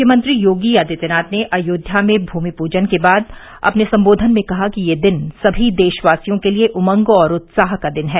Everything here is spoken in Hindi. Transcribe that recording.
मुख्यमंत्री योगी आदित्यनाथ ने अयोध्या में भूमि पूजन के बाद अपने संबोधन में कहा कि यह दिन सभी देशवासियों के लिए उमंग और उत्साह का दिन है